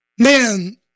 Man